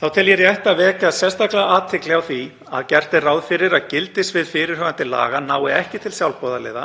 Þá tel ég rétt að vekja sérstaklega athygli á því að gert er ráð fyrir að gildissvið fyrirhugaðra laga nái ekki til sjálfboðaliða,